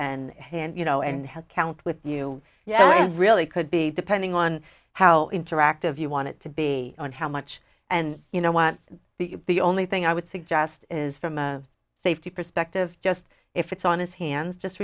hand you know and head count with you yeah it really could be depending on how interactive you want it to be and how much and you know what the the only thing i would suggest is from a safety perspective just if it's on his hands just